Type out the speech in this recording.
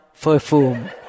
perfume